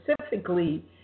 specifically